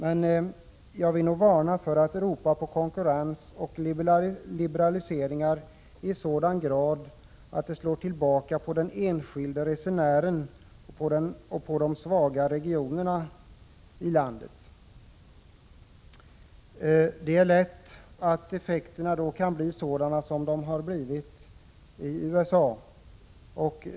Jag vill emellertid varna för att ropa på konkurrens och liberaliseringar i sådan grad att det slår tillbaka på de enskilda resenärerna och på de svaga regionerna i landet. Effekterna kan lätt bli sådana som de har blivit i USA.